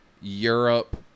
Europe